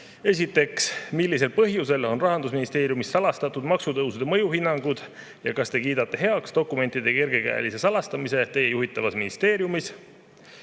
Esiteks, millisel põhjusel on Rahandusministeeriumis salastatud maksutõusude mõjuhinnangud ja kas [rahandusminister] kiidab heaks dokumentide kergekäelise salastamise oma juhitavas ministeeriumis?